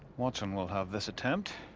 watson will have this attempt.